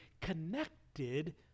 connected